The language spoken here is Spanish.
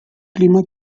clima